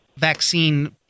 vaccine